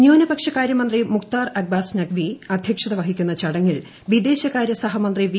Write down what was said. ന്യൂനപക്ഷ കാര്യമന്ത്രി മുക്താർ അബ്ബാസ് നഖ്വി അധൃക്ഷത വഹിക്കുന്ന ചടങ്ങിൽ വിദേശകാരൃ സഹമന്ത്രി വി